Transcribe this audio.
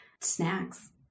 snacks